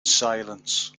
silence